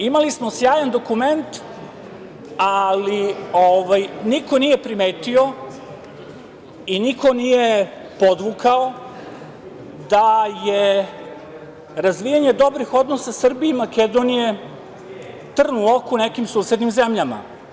Imali smo sjajan dokument, ali niko nije primetio i niko nije podvukao da je razvijanje dobrih odnosa Srbije i Makedonije trn u oku nekim susednim zemljama.